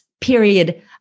period